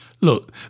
Look